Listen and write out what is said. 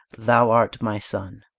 thou art my sun.